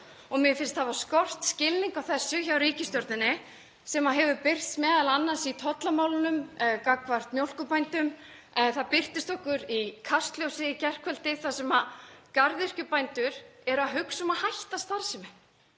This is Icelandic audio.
Mér finnst hafa skort skilning á þessu hjá ríkisstjórninni sem hefur birst m.a. í tollamálunum gagnvart mjólkurbændum og það birtist okkur í Kastljósi í gærkvöldi þar sem garðyrkjubændur eru að hugsa um að hætta starfsemi